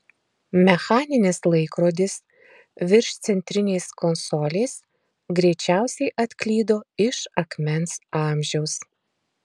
mechaninis laikrodis virš centrinės konsolės greičiausiai atklydo iš akmens amžiaus